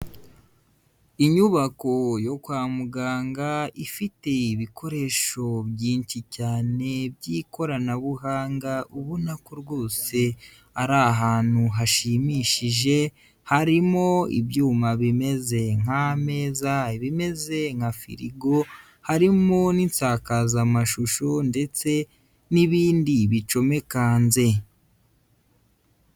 Inyubako yo kwa muganga, ifite ibikoresho byinshi cyane byikoranabuhanga, ubona ko rwose ari ahantu hashimishije, harimo ibyuma bimeze nk'ameza, ibimeze nka firigo, harimo n'isakazamashusho ndetse n'ibindi bicomekanze.